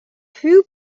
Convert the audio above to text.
few